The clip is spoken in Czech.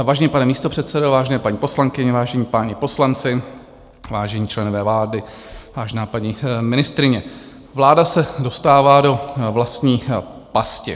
Vážený pane místopředsedo, vážené paní poslankyně, vážení páni poslanci, vážení členové vlády, vážená paní ministryně, vláda se dostává do vlastní pasti.